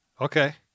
Okay